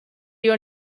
your